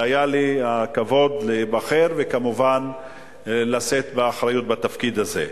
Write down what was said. והיה לי הכבוד להיבחר וכמובן לשאת באחריות בתפקיד הזה.